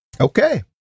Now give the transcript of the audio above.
Okay